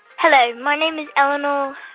hello. my name is eleanor.